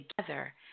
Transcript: together